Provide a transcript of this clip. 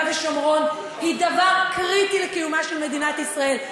ושומרון היא דבר קריטי לקיומה של מדינת ישראל.